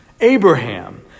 Abraham